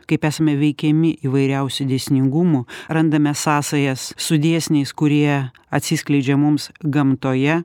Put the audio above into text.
kaip esame veikiami įvairiausių dėsningumų randame sąsajas su dėsniais kurie atsiskleidžia mums gamtoje